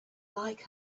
like